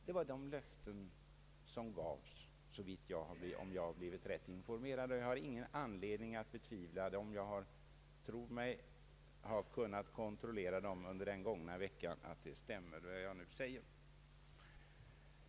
— Det var de löften som gavs, om jag har blivit rätt informerad, vilket jag inte har anledning att betvivla. Jag tror mig ha kunnat kontrollera under den gångna veckan att det jag nu säger stämmer.